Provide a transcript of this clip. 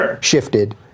shifted